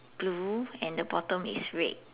blue and the bottom is red